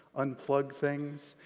unplug things.